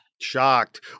Shocked